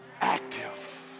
Active